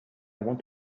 want